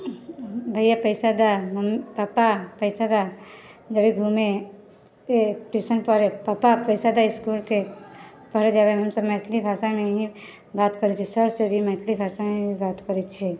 भैया पैसा दअ पप्पा पैसा दअ जेबै घूमै ट्यूशन पढ़ै पप्पा पैसा दअ इसकुलके पढ़ै जेबै हमसब मैथिली भाषामे ही बात करै छियै सरसँ भी मैथिली भाषामे ही बात करै छियै